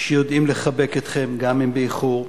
שיודעים לחבק אתכם, גם אם באיחור,